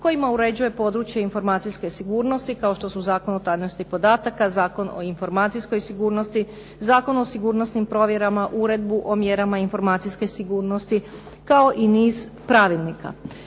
kojima uređuje područje informacijske sigurnosti, kao što su Zakon o tajnosti podataka, Zakon o informacijskoj sigurnosti, Zakon o sigurnosnim provjerama, Uredbu o mjerama informacijske sigurnosti kao i niz pravilnika.